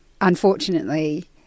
unfortunately